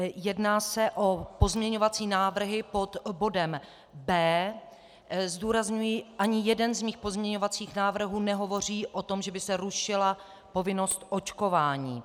Jedná se o pozměňovací návrhy pod bodem B. Zdůrazňuji, ani jeden z mých pozměňovacích návrhů nehovoří o tom, že by se rušila povinnost očkování.